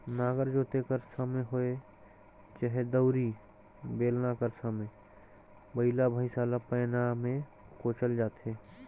नांगर जोते कर समे होए चहे दउंरी, बेलना कर समे बइला भइसा ल पैना मे कोचल जाथे